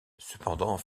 cependant